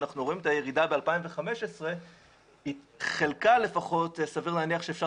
אנחנו רואים את הירידה ב-2015 וחלקה לפחות סביר להניח שאפשר